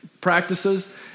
practices